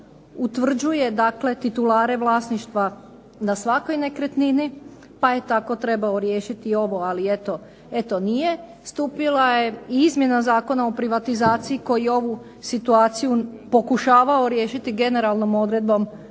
utvrđuje dakle titulare vlasništva na svakoj nekretnini, pa je tako trebao riješiti i ovo, ali eto nije. Stupila je i izmjena Zakona o privatizaciji koji je ovu situaciju pokušavao riješiti generalnom odredbom